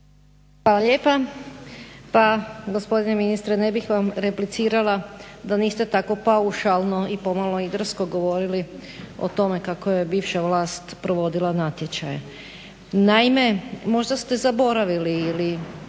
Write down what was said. Hvala lijepa. Pa gospodine ministre ne bih vam replicirala da niste tako paušalno i pomalo i drsko govorili o tome kako je bivša vlast provodila natječaje. Naime, možda ste zaboravili ili